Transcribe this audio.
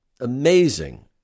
amazing